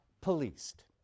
policed